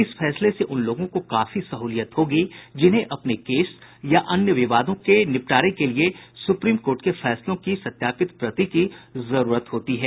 इस फैसले से उन लोगों को काफी सहूलियत होगी जिन्हें अपने केस या अन्य विवादों के निपटारे के लिए सुप्रीम कोर्ट के फैसलों की सत्यापित प्रति की जरूरत होती है